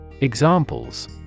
Examples